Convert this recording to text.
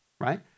right